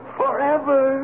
forever